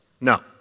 No